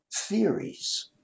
theories